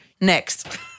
Next